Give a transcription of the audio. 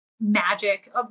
Magic